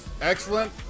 Excellent